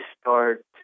start